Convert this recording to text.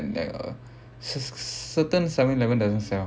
certain seven eleven doesn't sell